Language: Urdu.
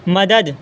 مدد